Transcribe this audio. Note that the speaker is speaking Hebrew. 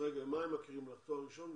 במה הם מכירים לך, רק בתואר ראשון?